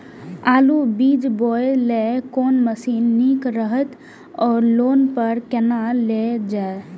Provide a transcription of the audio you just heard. आलु बीज बोय लेल कोन मशीन निक रहैत ओर लोन पर केना लेल जाय?